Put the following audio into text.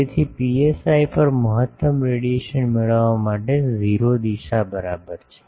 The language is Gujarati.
તેથી psi પર મહત્તમ રેડિયેશન મેળવવા માટે 0 દિશા બરાબર છે